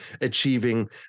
achieving